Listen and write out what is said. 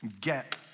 get